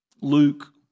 Luke